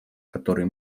который